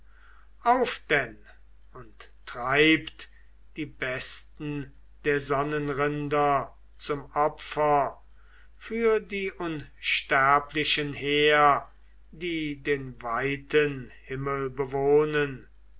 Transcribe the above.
auf denn und treibt die besten der sonnenrinder zum opfer für die unsterblichen her die den weiten himmel bewohnen